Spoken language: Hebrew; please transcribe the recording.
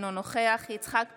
אינו נוכח יצחק פינדרוס,